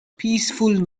peaceful